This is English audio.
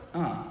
ah